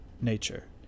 nature